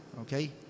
Okay